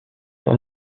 dans